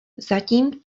zatím